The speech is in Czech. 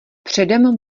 předem